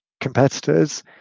competitors